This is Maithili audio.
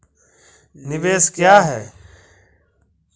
निवेश क्या है?